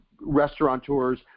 restaurateurs